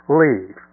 leave